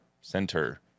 center